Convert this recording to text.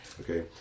Okay